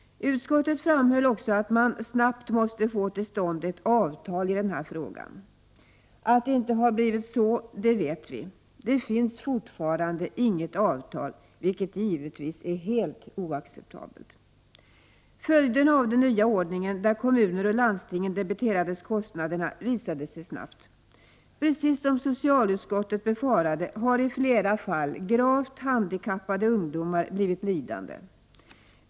Utskottet framhöll också att man snabbt måste få till stånd ett avtal i den här frågan. Att det inte har blivit så vet vi. Det finns fortfarande inget avtal, vilket givetvis är helt oacceptabelt. Följderna av den nya ordningen, där kommuner och landsting debiteras kostnaderna, visade sig snabbt. Precis som socialutskottet befarade har i flera fall gravt handikappade ungdomar blivit lidande.